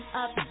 up